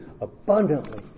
abundantly